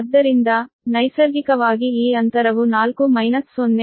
ಆದ್ದರಿಂದ ನೈಸರ್ಗಿಕವಾಗಿ ಈ ಅಂತರವು 4 ಮೈನಸ್ 0